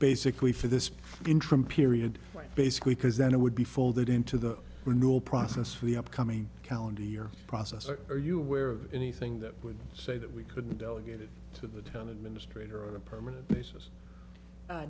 basically for this interim period basically because then it would be folded into the renewal process for the upcoming calendar year process or are you aware of anything that would say that we couldn't delegated to the town administrator on a permanent basis i